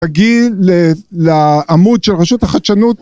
הגיל לעמוד של רשות החדשנות